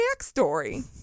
backstory